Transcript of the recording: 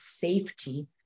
safety